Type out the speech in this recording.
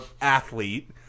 athlete